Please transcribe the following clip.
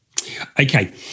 Okay